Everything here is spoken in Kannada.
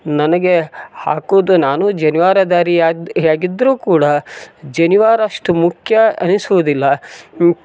ನನಗೆ ಹಾಕುದು ನಾನೂ ಜನಿವಾರ ಧಾರಿಯಾದ್ ಆಗಿದ್ದರೂ ಕೂಡ ಜನಿವಾರ ಅಷ್ಟು ಮುಖ್ಯ ಅನಿಸುವುದಿಲ್ಲ ಹ್ಞ್